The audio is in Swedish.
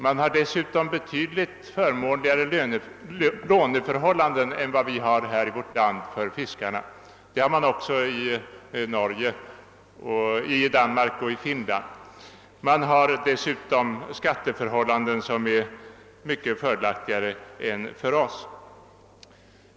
Man har dessutom betydligt förmånligare låneförhållanden än fiskarna i vårt land. Det har man också i Danmark och Finland. Man har också skatteförhållanden som är mycket fördelaktigare än våra.